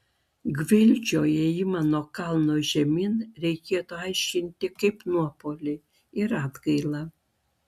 gvildžio ėjimą nuo kalno žemyn reikėtų aiškinti kaip nuopuolį ir atgailą